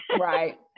right